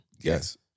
Yes